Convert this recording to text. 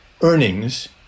earnings